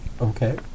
Okay